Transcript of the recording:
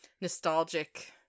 nostalgic